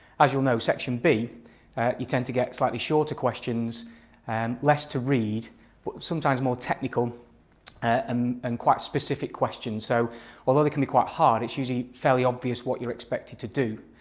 as you'll know in section b you tend to get slightly shorter questions and less to read but sometimes more technical and and quite specific questions so although they can be quite hard, it's usually fairly obvious what you're expected to do.